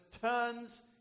turns